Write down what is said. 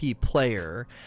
player